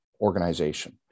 organization